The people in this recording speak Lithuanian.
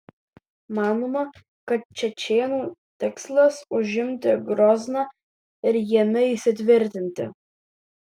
manoma kad čečėnų tikslas užimti grozną ir jame įsitvirtinti